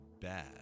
bad